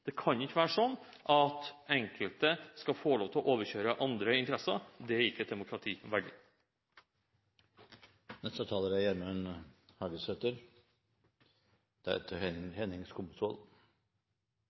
Det kan ikke være sånn at enkelte skal få lov til å overkjøre andre interesser. Det er ikke et demokrati